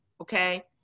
okay